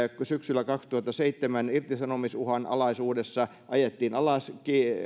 syksyllä kaksituhattaseitsemän irtisanomisuhan alaisuudessa ajettiin alas